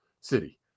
city